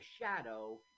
shadow